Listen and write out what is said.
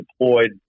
deployed